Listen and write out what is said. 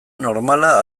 normala